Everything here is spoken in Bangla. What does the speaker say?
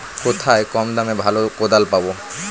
কোথায় কম দামে ভালো কোদাল পাব?